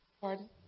pardon